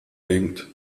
denkt